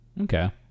Okay